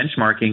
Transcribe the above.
benchmarking